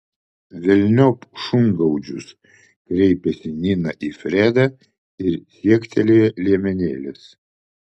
velniop šungaudžius kreipėsi nina į fredą ir siektelėjo liemenėlės